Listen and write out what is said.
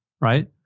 Right